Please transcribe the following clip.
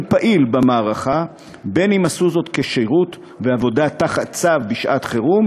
פעיל במערכה ועשו זאת בין אם כשירות ועבודה מכוח צו בשעת חירום